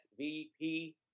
SVP